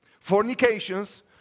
fornications